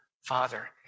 father